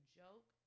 joke